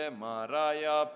maraya